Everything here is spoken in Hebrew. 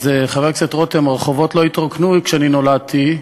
חבר הכנסת רותם, הרחובות לא התרוקנו כשאני נולדתי,